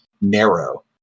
narrow